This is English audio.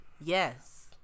Yes